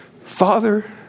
Father